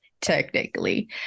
technically